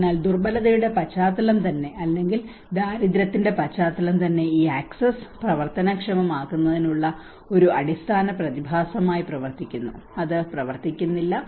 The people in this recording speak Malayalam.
അതിനാൽ ദുർബലതയുടെ പശ്ചാത്തലം തന്നെ അല്ലെങ്കിൽ ദാരിദ്ര്യത്തിന്റെ പശ്ചാത്തലം തന്നെ ഈ ആക്സസ് പ്രവർത്തനക്ഷമമാക്കുന്നതിനുള്ള ഒരു അടിസ്ഥാന പ്രതിഭാസമായി പ്രവർത്തിക്കുന്നു അത് പ്രവർത്തിക്കുന്നില്ല